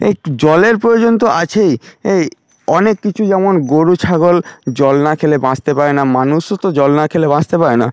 এই জলের প্রয়োজন তো আছেই এই অনেক কিছু যেমন গরু ছাগল জল না খেলে বাঁচতে পারে না মানুষও তো জল না খেলে বাঁচতে পারে না